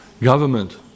government